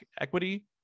equity